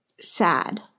sad